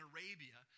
Arabia